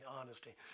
honesty